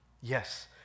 Yes